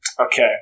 Okay